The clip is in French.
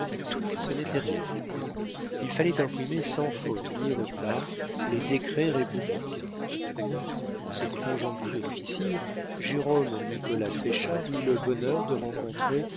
ce n'était rien il fallait imprimer sans faute ni retard les décrets républicains en cette conjoncture difficile jérôme nicolas séchard eut le bonheur de rencontrer